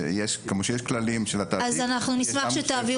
כמו שיש כללים של התעתיק גם של --- אז אנחנו נשמח שתעבירו